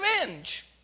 revenge